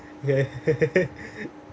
okay